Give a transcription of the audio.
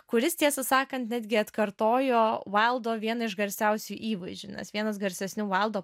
kuris tiesą sakant netgi atkartojo vaildo vieną iš garsiausių įvaizdžių nes vienas garsesnių vaildo